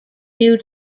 new